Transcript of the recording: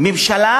ממשלה